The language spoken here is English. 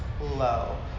low